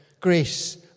Grace